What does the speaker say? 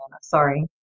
Sorry